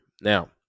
Now